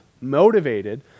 motivated